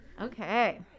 Okay